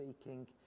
speaking